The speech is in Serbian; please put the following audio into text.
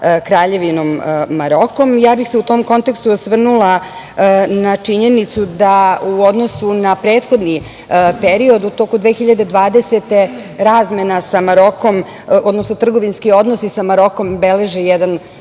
Kraljevinom Maroko.U tom kontekstu, ja bih se osvrnula na činjenicu da u odnosu na prethodni period u toku 2020. godine razmena sa Marokom, odnosno trgovinski odnosi sa Marokom, beleže